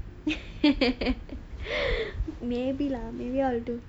maybe lah maybe I will do